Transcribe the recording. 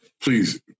please